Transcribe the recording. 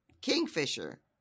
Kingfisher